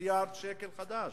מיליארד שקל חדש,